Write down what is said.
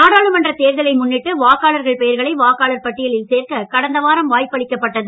நாடாளுமன்ற தேர்தலை முன்னிட்டு வாக்காளர்கள் பெயர்களை வாக்காளர் பட்டியலில் சேர்க்க கடந்த வாரம் வாய்ப்பளிக்கப்பட்டது